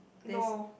no